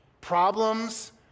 problems